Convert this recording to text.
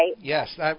Yes